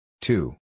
Two